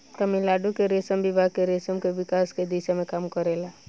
तमिलनाडु के रेशम विभाग रेशम के विकास के दिशा में काम करेला